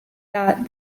that